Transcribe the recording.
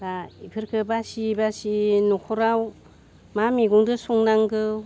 दा एफोरखौ बासि बासि नखराव मा मैगंजों संनांगौ